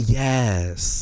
yes